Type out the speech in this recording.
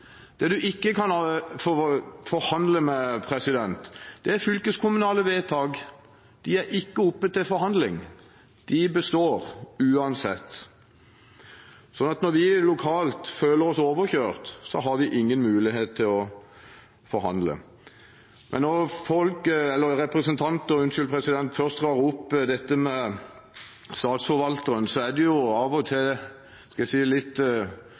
Det man ikke kan forhandle med, er fylkeskommunale vedtak. De er ikke oppe til forhandling. De består – uansett. Så når vi lokalt føler oss overkjørt, har vi ingen mulighet til å forhandle. Og når representanter først drar opp dette med statsforvalteren: Det er av og til